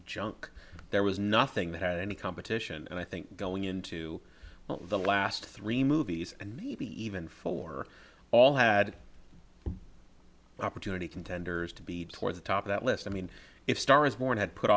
junk there was nothing that had any competition and i think going into the last three movies and maybe even four all had the opportunity contenders to be toward the top of that list i mean if star is born had put